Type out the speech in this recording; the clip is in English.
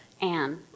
Anne